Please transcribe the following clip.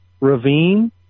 ravine